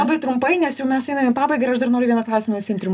labai trumpai nes jau mes einam į pabaigą ir aš dar noriu vieną klausimą visiem trim